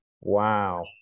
Wow